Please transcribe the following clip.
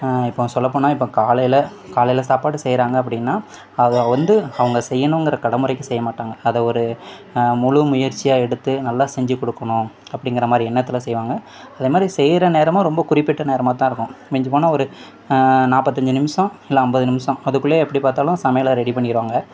இப்போ சொல்லப்போனால் இப்போ காலையில காலையில சாப்பாடு செய்கிறாங்க அப்படின்னா அதை வந்து அவங்க செய்யணுங்கிற கடமுறைக்கு செய்யமாட்டாங்க அதை ஒரு முழு முயற்சியாக எடுத்து நல்லா செஞ்சு கொடுக்கணும் அப்படிங்குறமாரி எண்ணத்தில் செய்வாங்க அதை மாதிரி செய்யுற நேரமும் ரொம்ப குறிப்பிட்ட நேரமாகத்தான் இருக்கும் மிஞ்சிப்போனால் ஒரு நாற்பத்தஞ்சி நிமிஷம் இல்லை ஐம்பது நிமிஷம் அதுக்குள்ளையே எப்படி பார்த்தாலும் சமையலை ரெடி பண்ணிடுவாங்க